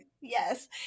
Yes